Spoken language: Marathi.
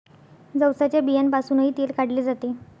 जवसाच्या बियांपासूनही तेल काढले जाते